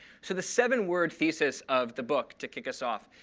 so the seven-word thesis of the book, to kick us off,